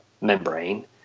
membrane